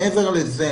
מעבר לזה,